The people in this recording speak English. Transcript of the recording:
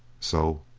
so,